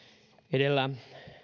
edellä